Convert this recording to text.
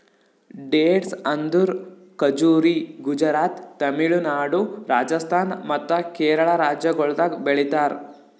dates ಅಂದುರ್ ಖಜುರಿ ಗುಜರಾತ್, ತಮಿಳುನಾಡು, ರಾಜಸ್ಥಾನ್ ಮತ್ತ ಕೇರಳ ರಾಜ್ಯಗೊಳ್ದಾಗ್ ಬೆಳಿತಾರ್